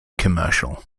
commercial